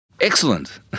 Excellent